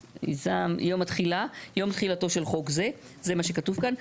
"יום תחילתו של חוק זה" זה מה שכתוב כאן.